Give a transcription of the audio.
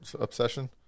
obsession